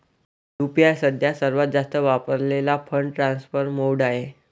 UPI सध्या सर्वात जास्त वापरलेला फंड ट्रान्सफर मोड आहे